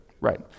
Right